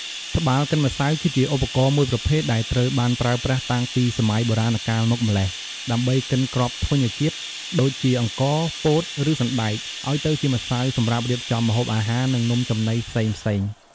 ត្បាល់កិនម្សៅ គឺជាឧបករណ៍មួយប្រភេទដែលត្រូវបានប្រើប្រាស់តាំងពីសម័យបុរាណកាលមកម្ល៉េះ ដើម្បីកិនគ្រាប់ធញ្ញជាតិ ដូចជាអង្ករ ពោត ឬសណ្ដែក ឲ្យទៅជាម្សៅសម្រាប់រៀបចំម្ហូបអាហារ និងនំចំណីផ្សេងៗ។